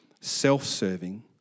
self-serving